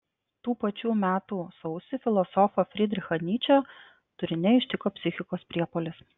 tų pačių metų sausį filosofą frydrichą nyčę turine ištiko psichikos priepuolis